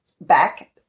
back